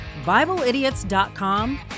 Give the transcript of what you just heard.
Bibleidiots.com